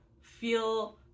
feel